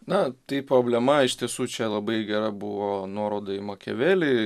na taip problema iš tiesų čia labai gera buvo nuoroda į makiavelį